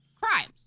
crimes